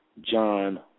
John